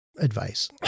advice